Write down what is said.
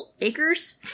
acres